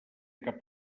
cap